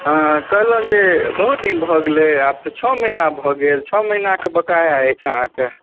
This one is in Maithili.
हंँ कहलहुँ जे बहुत दिन भऽ गेलै आब तऽ छओ महिना भऽ गेल छओ महिनाके बकाया अछि अहाँके